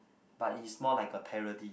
but it's more like a parody